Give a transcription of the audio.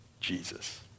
Jesus